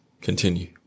continue